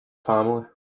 family